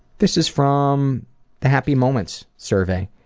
this is from the happy moments survey,